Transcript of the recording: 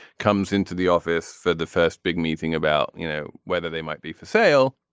comes into the office for the first big meeting about you know whether they might be for sale.